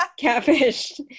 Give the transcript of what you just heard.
catfished